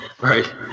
Right